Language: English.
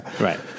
Right